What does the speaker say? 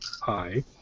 hi